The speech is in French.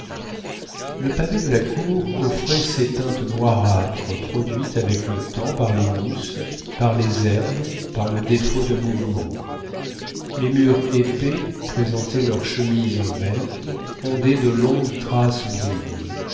le pavé de la cour offrait ces teintes noirâtres produites avec le temps par les mousses par les herbes par le défaut de mouvement les murs épais présentaient leur chemise verte ondée de longues traces brunes